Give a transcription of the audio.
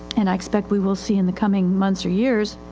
and i expect we will see in the coming months or years,